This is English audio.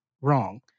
wrong